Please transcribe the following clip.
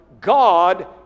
God